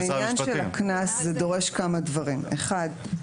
עניין הקנס דורש כמה דברים: ראשית,